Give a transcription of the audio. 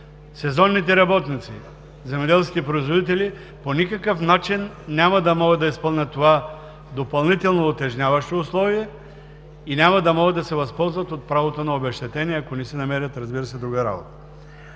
сезонните работници, земеделските производители по никакъв начин няма да могат да изпълнят това допълнително утежняващо условие и няма да могат да се възползват от правото на обезщетение, ако не си намерят, разбира се, друга работа.